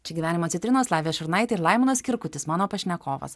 čia gyvenimo citrinos lavija šurnaitė ir laimonas kirkutis mano pašnekovas